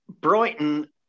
Brighton